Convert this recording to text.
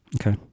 Okay